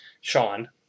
Sean